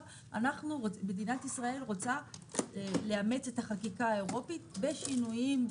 מדינת ישראל רוצה לאמץ את החקיקה האירופית בשינויים,